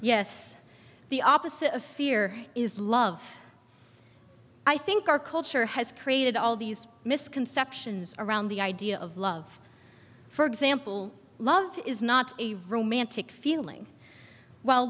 yes the opposite of fear is love i think our culture has created all these misconceptions around the idea of love for example love is not a romantic feeling w